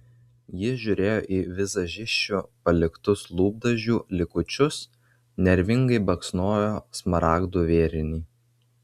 ji žiūrėjo į vizažisčių paliktus lūpdažių likučius nervingai baksnojo smaragdų vėrinį